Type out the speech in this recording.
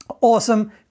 Awesome